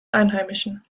einheimischen